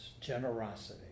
Generosity